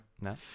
No